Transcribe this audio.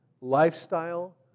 lifestyle